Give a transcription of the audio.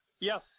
Yes